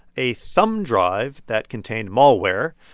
a thumb drive that contained malware,